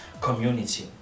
community